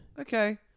Okay